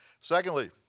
Secondly